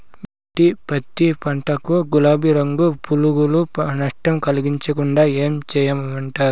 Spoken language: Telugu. బి.టి పత్తి పంట కు, గులాబీ రంగు పులుగులు నష్టం కలిగించకుండా ఏం చేయమంటారు?